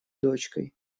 дочкой